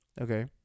Okay